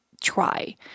try